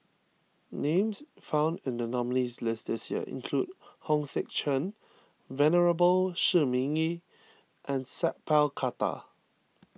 names found in the nominees' list this year include Hong Sek Chern Venerable Shi Ming Yi and Sat Pal Khattar